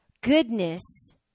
goodness